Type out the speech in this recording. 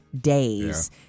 days